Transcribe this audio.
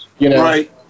Right